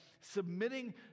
submitting